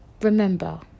remember